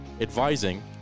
advising